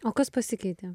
o kas pasikeitė